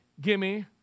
gimme